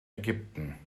ägypten